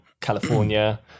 California